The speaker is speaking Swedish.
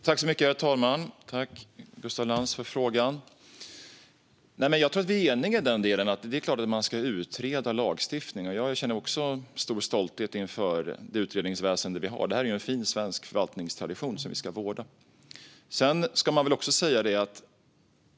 Herr talman! Tack, Gustaf Lantz, för frågan! Jag tror att vi är eniga om att man såklart ska utreda lagstiftning. Jag känner också stor stolthet över det utredningsväsen vi har. Det är ju en fin svensk förvaltningstradition som vi ska vårda.